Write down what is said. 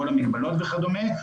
כל המגבלות וכדומה,